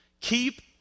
keep